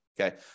Okay